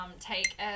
take